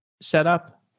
setup